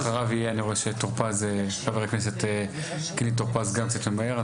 ואחריו יהיה חבר הכנסת קינלי טור-פז גם קצת ממהר,